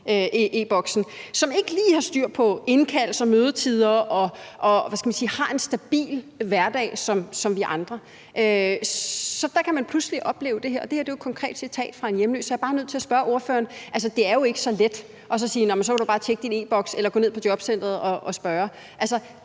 som – hvad skal man sige – ikke har en stabil hverdag som os andre. Så der kan man pludselig opleve det her, og det her er jo et konkret citat fra en hjemløs. Så jeg er bare nødt til at sige til ordføreren, at det jo ikke er så let at sige, at du bare må tjekke din e-Boks eller gå ned på jobcenteret og spørge.